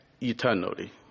eternally